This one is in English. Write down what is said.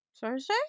Thursday